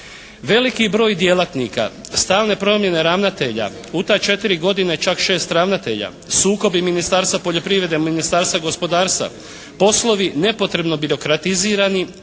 Veliki broj djelatnika, stalne promjene ravnatelja u ta 4 godine čak 6 ravnatelja, sukobi Ministarstva poljoprivreda i Ministarstva gospodarstva, poslovi nepotrebno birokratizirani,